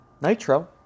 Nitro